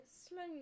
slowly